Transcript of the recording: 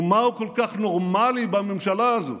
ומה כל כך נורמלי בממשלה הזאת?